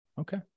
Okay